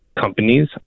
companies